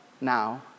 now